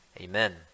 Amen